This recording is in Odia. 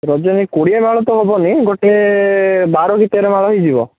ରଜନୀ କୋଡ଼ିଏ ମାଳ ତ ହେବନି ଗୋଟେ ବାର କି ତେର ମାଳ ହେଇଯିବ